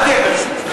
אל תהיה כזה.